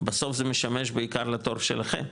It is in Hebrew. בסוף זה משמש בעיקר לתור שלכם,